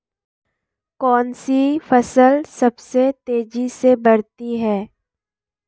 कौनसी फसल सबसे तेज़ी से बढ़ती है?